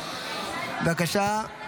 בבקשה,